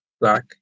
black